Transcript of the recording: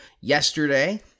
Yesterday